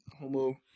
homo